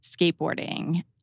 skateboarding